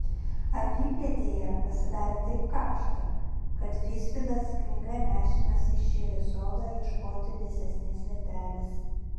apypietėje pasidarė taip karšta kad visvydas knyga nešinas išėjo į sodą ieškoti vėsesnės vietelės